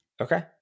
Okay